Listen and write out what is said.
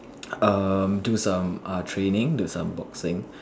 um do some uh training do some boxing